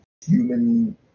human